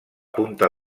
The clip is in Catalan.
punta